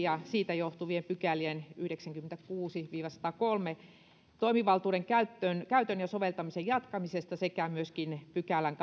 ja siitä johtuvien pykälien yhdeksänkymmentäkuusi viiva satakolme toimivaltuuden käytön käytön ja soveltamisen jatkamisesta sekä kahdeksannenkymmenennenseitsemännen pykälän